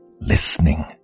listening